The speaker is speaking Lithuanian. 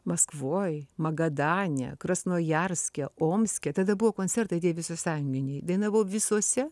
maskvoj magadane krasnojarske omske tada buvo koncertai tie visasąjunginiai dainavau visose